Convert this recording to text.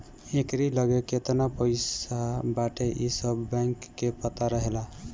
एकरा लगे केतना पईसा बाटे इ सब बैंक के पता रहेला